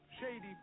Shady